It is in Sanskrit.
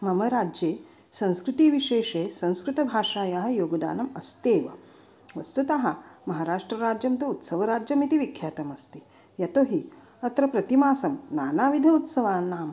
मम राज्ये संस्कृतिविशेषे संस्कृतभाषायाः योगदानम् अस्त्यैव वस्तुतः महराष्ट्रराज्यं तु उत्सवराज्यमिति विख्यातमस्ति यतो हि अत्र प्रतिमासं नानाविधोत्सवानाम्